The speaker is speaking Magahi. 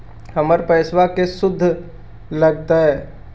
हमर पैसाबा के शुद्ध लगतै?